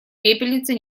пепельница